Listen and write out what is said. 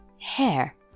Hair